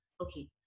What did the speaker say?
Okay